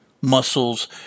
muscles